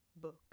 book